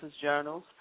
Journals